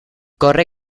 corre